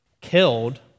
killed